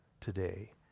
today